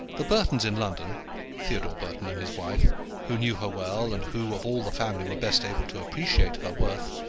the burtons in london theodore burton and his wife who knew her well, and who, of all the family, were best able to appreciate her worth,